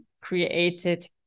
created